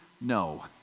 No